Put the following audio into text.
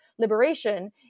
Liberation